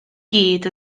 gyd